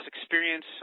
experience